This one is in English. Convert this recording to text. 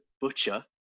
butcher